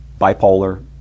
bipolar